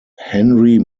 henry